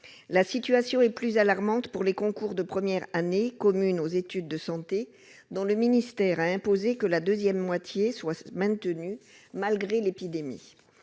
La situation est plus alarmante pour les concours de première année commune aux études de santé (Paces), dont le ministère a imposé que la deuxième moitié soit maintenue malgré l'épidémie.